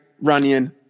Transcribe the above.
Runyon